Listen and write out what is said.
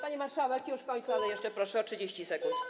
Pani marszałek, już kończę, ale jeszcze proszę o 30 sekund.